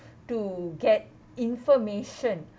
to get information